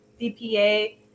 DPA